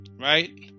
Right